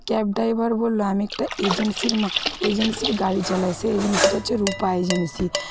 cab driver বললো আমি একটা এজেন্সির এজেন্সির গাড়ি চালাই সেই এজেন্সিটা হচ্ছে রূপা এজেন্সি